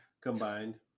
combined